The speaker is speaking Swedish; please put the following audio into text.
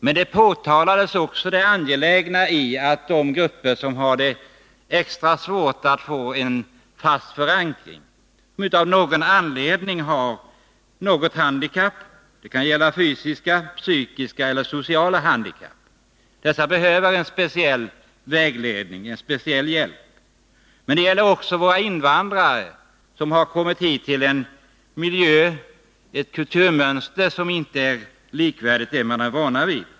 Man pekade också på att det var angeläget att ge de grupper som har det extra svårt när det gäller att få en fast förankring, som av någon anledning har ett handikapp — det kan vara fråga om fysiska, psykiska eller sociala handikapp — speciell vägledning, speciell hjälp. Det gäller också våra invandrare som kommit till en miljö och ett kulturmönster som inte är likvärdiga med vad man är van vid.